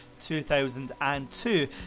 2002